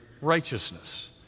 righteousness